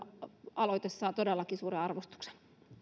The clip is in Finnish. aloite saa todellakin suuren arvostuksen